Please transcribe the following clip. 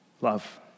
Love